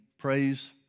Praise